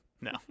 No